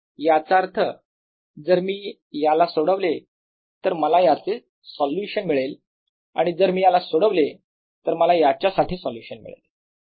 याचा अर्थ जर मी याला सोडवले तर मला याचे सोल्युशन मिळेल आणि जर मी याला सोडवले तर मला याच्यासाठी सोल्युशन मिळेल